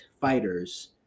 fighters